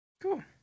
Cool